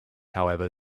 however